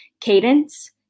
cadence